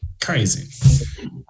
crazy